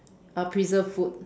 uh preserve food